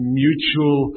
mutual